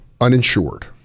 uninsured